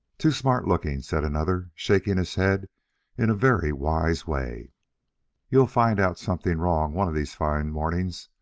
too smart-looking, said another, shaking his head in a very wise way you'll find out something wrong one of these fine mornings,